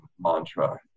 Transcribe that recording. mantra